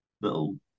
Little